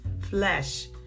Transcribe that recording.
flesh